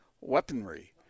weaponry